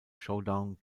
showdown